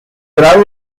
grado